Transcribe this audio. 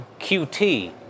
QT